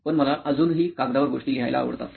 पण मला अजूनही कागदावर गोष्टी लिहायला आवडतात